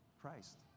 Christ